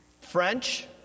French